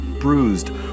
Bruised